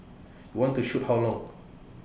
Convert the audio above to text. you want to shoot how long